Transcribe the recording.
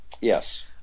Yes